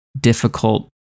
difficult